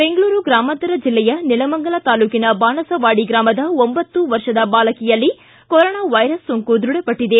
ಬೆಂಗಳೂರು ಗ್ರಾಮಾಂತರ ಜಿಲ್ಲೆಯ ನೆಲಮಂಗಲ ತಾಲ್ಲೂಕಿನ ಬಾಣಸವಾಡಿ ಗ್ರಾಮದ ಒಂಬತ್ತು ವರ್ಷದ ಬಾಲಕಿಯಲ್ಲಿ ಕೊರೋನಾ ವೈರಸ್ ಸೋಂಕು ದ್ಬಢಪಟ್ಟಿದೆ